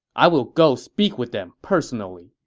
i will go speak with them personally.